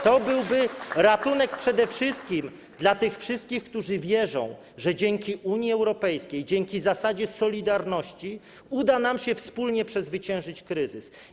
To byłby ratunek przede wszystkim dla tych wszystkich, którzy wierzą, że dzięki Unii Europejskiej, dzięki zasadzie solidarności uda nam się wspólnie przezwyciężyć kryzys.